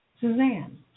Suzanne